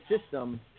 system